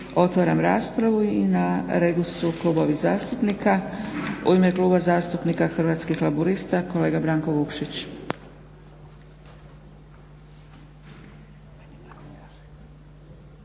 Otvaram raspravu i na redu su klubovi zastupnika. U ime Kluba zastupnika Hrvatskih laburista kolega Branko Vukšić.